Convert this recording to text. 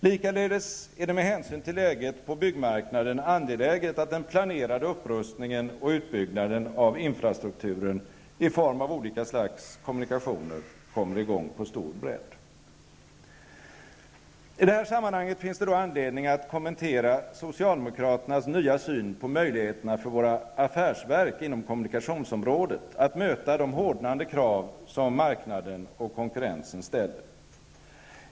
Likaledes är det med hänsyn till läget på byggmarknaden angeläget att den planerade upprustningen och utbyggnaden av infrastrukturen i form av olika slags kommunikationer kommer i gång på stor bredd. I detta sammanhang finns det anledning att kommentera socialdemokraternas nya syn på möjligheterna för våra affärsverk inom kommunikationsområdet att möta de hårdnande krav som marknaden och konkurrensen ställer.